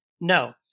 no